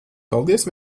paldies